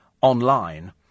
online